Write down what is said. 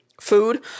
Food